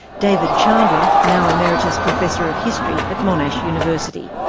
david chandler, now emeritus professor of history at monash university.